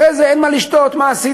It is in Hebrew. לאחר מכן אין מה לשתות: מה עשית?